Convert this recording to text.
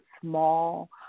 small